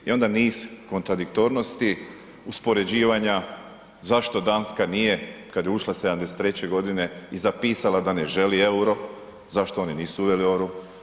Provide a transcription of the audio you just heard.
I onda niz kontradiktornosti, uspoređivanja zašto Danska nije kada je ušla '73. godine i zapisala da ne želi euro, zašto oni nisu uveli euro.